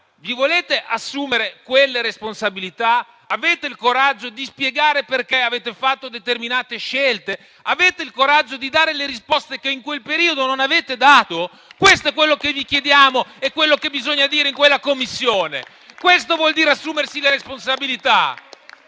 vi volete assumere quelle responsabilità? Avete il coraggio di spiegare perché avete fatto determinate scelte? Avete il coraggio di dare le risposte che in quel periodo non avete dato? Questo è quello che vi chiediamo e quello che bisogna dire in quella Commissione. Questo vuol dire assumersi le responsabilità.